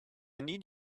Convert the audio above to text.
need